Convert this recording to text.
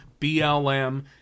BLM